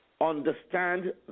understand